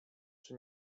czy